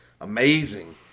amazing